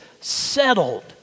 settled